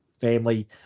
family